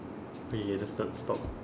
okay let's not stop